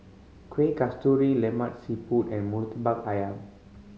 Kuih Kasturi Lemak Siput and Murtabak Ayam